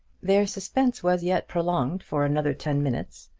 their suspense was yet prolonged for another ten minutes,